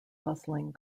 bustling